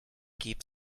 keep